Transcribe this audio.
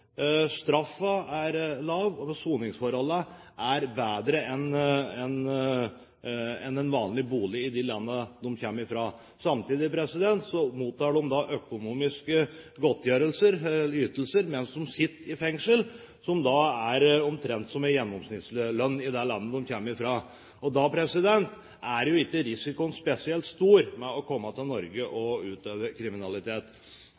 er lav, og soningsforholdene er bedre enn i en vanlig bolig i de landene de kommer fra, samtidig som de, mens de sitter i fengsel, mottar økonomiske ytelser som er omtrent som en gjennomsnittslønn i det landet de kommer fra. Da er jo ikke risikoen spesielt stor ved å komme til Norge